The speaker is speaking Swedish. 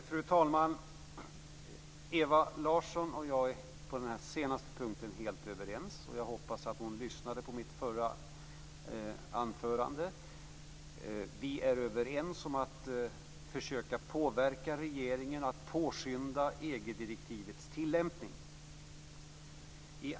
Fru talman! Ewa Larsson och jag är helt överens på den senaste punkten. Jag hoppas att hon lyssnade på mitt förra anförande. Vi är överens om att vi skall försöka påverka regeringen att påskynda EG direktivets tillämpning.